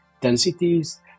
densities